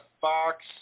Fox